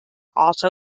also